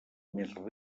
més